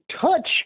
touch